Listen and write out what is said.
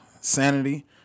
sanity